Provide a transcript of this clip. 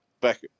Back